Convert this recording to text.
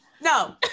No